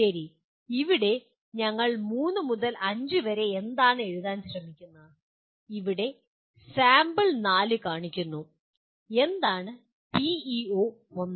ശരി ഇവിടെ ഞങ്ങൾ മൂന്ന് മുതൽ അഞ്ച് വരെ എന്താണ് എഴുതാൻ ശ്രമിക്കുന്നത് ഇവിടെ സാമ്പിൾ നാല് കാണിക്കുന്നു എന്താണ് പിഇഒ 1